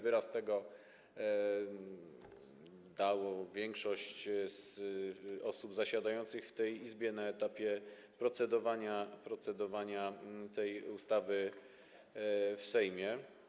Wyraz tego dała większość osób zasiadających w tej Izbie na etapie procedowania nad tą ustawą w Sejmie.